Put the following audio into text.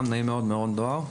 שמי מירון דואר,